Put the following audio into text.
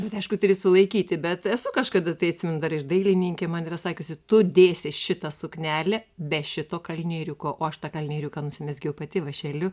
bet aišku turi sulaikyti bet esu kažkada tai atsimenu dar ir dailininkė man yra sakiusi tu dėsies šitą suknelę be šito kalnieriuko o aš tą kalnieriuką nusimezgiau pati vąšeliu